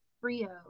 Frio